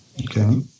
Okay